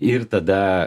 ir tada